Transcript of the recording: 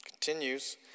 Continues